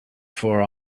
for